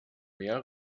mehr